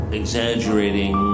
exaggerating